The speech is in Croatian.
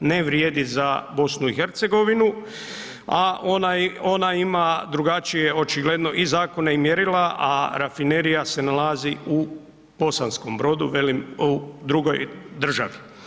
ne vrijedi za BiH, a ona ima drugačije, očigledno, i zakone i mjerila, a rafinerija se nalazi u Bosanskom Brodu, velim, u drugoj državi.